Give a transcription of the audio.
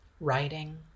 writing